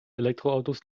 elektroautos